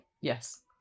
Yes